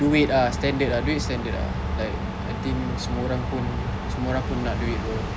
duit ah standard ah duit standard ah like I think semua orang pun semua orang pun nak duit [pe]